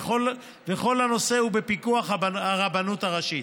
וכל הנושא הוא בפיקוח הרבנות הראשית.